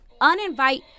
Uninvite